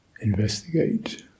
investigate